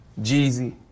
Jeezy